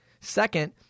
Second